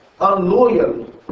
unloyal